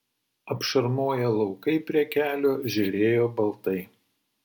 apšarmoję laukai prie kelio žėrėjo baltai